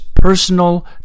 personal